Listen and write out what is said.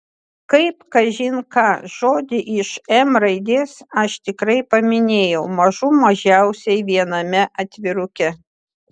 kaip kažin ką žodį iš m raidės aš tikrai paminėjau mažų mažiausiai viename atviruke